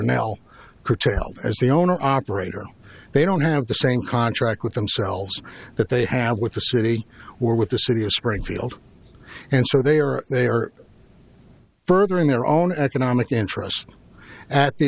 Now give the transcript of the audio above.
now curtailed as the owner operator they don't have the same contract with themselves that they have with the city or with the city of springfield and so they are they are furthering their own economic interests at the